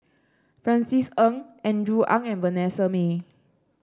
Francis Ng Andrew Ang and Vanessa Mae